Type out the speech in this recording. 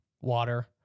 water